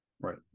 right